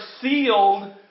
sealed